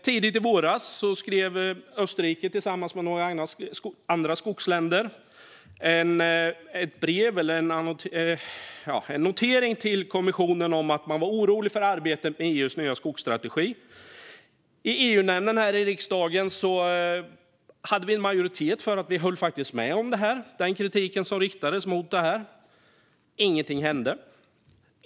Tidigt i våras skrev Österrike tillsammans med några andra skogsländer en notering till kommissionen om att man var orolig för arbetet med EU:s nya skogsstrategi. I EU-nämnden här i riksdagen hade vi faktiskt en majoritet som höll med om den kritik som riktades mot detta. Ingenting hände.